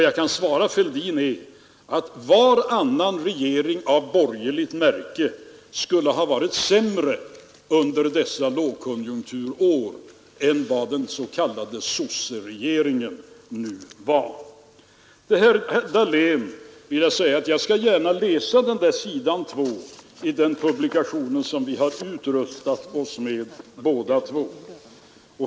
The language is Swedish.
Jag kan svara herr Fälldin att varje regering av borgerligt märke skulle ha varit sämre under dessa lågkonjunkturår än vad den s.k. sosseregeringen nu var. Till herr Dahlén vill jag säga att jag gärna skall läsa s. 2 i den publikation som vi båda har utrustat oss med.